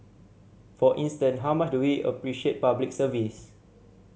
for instance how much do we appreciate Public Service